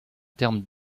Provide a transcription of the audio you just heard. termes